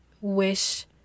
wish